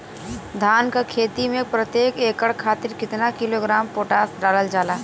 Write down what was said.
धान क खेती में प्रत्येक एकड़ खातिर कितना किलोग्राम पोटाश डालल जाला?